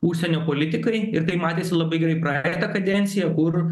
užsienio politikai ir tai matėsi labai gerai praeitą kadenciją kur